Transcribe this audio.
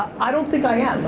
i don't think i am.